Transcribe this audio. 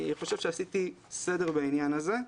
אני חושב שעשיתי סדר בעניין הזה.